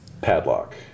padlock